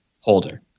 holder